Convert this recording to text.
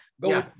go